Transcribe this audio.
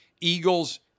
Eagles